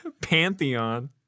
Pantheon